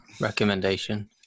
recommendation